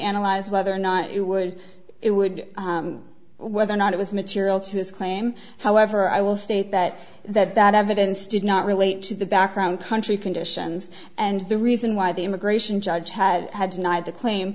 analyze whether or not you would it would whether or not it was material to his claim however i will state that that that evidence did not relate to the background country conditions and the reason why the immigration judge had had tonight the claim